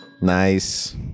Nice